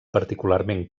particularment